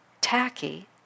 tacky